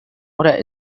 oder